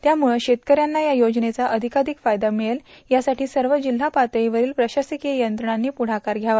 त्यामुळं शेतकऱ्यांना या योजनेचा अधिकाधिक फायदा मिळेल यासाठी सर्व जिल्हा पातळीवरील प्रशासकीय यंत्रणांनी पुढाकार घ्यावा